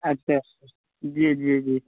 اَچّھا sir جی جی جی